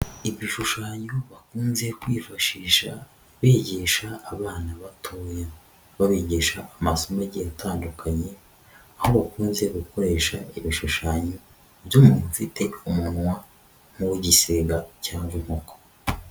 Ibishushanyo bakunze kwifashisha bigisha abana batoye, babigisha amasomo agiye atandukanye, aho bakunze gukoresha ibishushanyo by'umuntu ufite umunwa nk'uw'igisiga cyangwa inkoko.